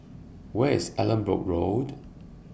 Where IS Allanbrooke Road